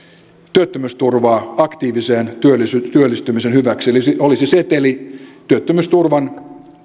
työttömyysturvaa aktiivisen työllistymisen hyväksi eli olisi seteli työttömyysturvan